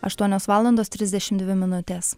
aštuonios valandos trisdešimt dvi minutės